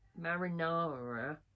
marinara